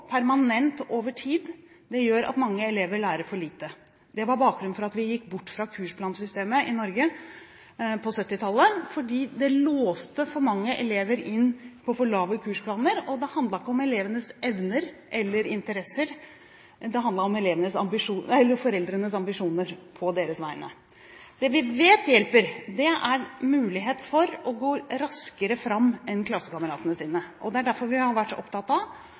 permanent over tid, gjør at mange elever lærer for lite. Det var bakgrunnen for at vi gikk bort fra kursplansystemet i Norge på 1970-tallet, fordi det «låste» for mange elever inn på for lave kursplaner, og det handlet ikke om elevenes evner eller interesser, det handlet om foreldrenes ambisjoner på deres vegne. Det vi vet hjelper, er en mulighet for å gå raskere fram enn klassekameratene. Derfor har vi vært opptatt av at det